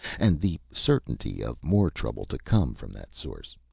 and the certainty of more trouble to come from that source.